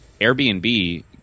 Airbnb